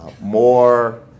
more